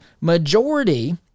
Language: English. Majority